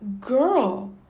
girl